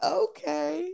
okay